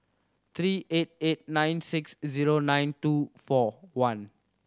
three eight eight nine six zero nine two four one